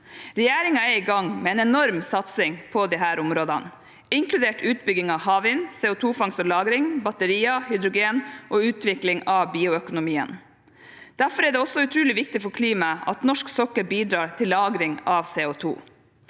Regjeringen er i gang med en enorm satsing på disse områdene, inkludert utbygging av havvind, CO2-fangst og -lagring, batterier, hydrogen og utvikling av bioøkonomien. Derfor er det også utrolig viktig for klimaet at norsk sokkel bidrar til lagring av CO2.